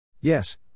Yes